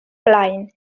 blaen